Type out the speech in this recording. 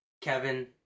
Kevin